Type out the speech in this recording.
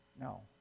no